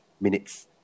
minutes